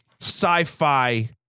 sci-fi